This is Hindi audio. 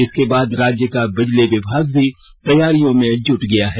इसके बाद राज्य का बिजली विभाग भी तैयारियों में जुट गया है